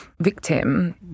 victim